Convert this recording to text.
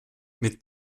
mit